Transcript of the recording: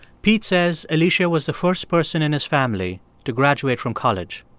pete says alicia was the first person in his family to graduate from college,